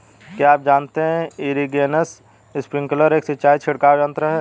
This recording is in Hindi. क्या आप जानते है इरीगेशन स्पिंकलर एक सिंचाई छिड़काव यंत्र है?